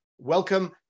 Welcome